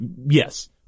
Yes